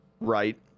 right